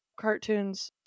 cartoons